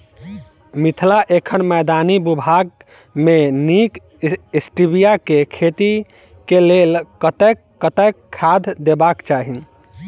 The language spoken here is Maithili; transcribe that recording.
मिथिला एखन मैदानी भूभाग मे नीक स्टीबिया केँ खेती केँ लेल कतेक कतेक खाद देबाक चाहि?